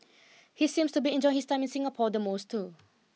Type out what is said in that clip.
he seems to be enjoying his time in Singapore the most too